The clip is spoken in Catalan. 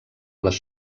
les